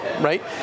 right